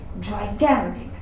gigantic